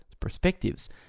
perspectives